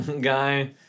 guy